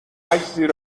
زیر